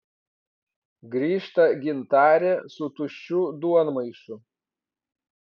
grįžta gintarė su tuščiu duonmaišiu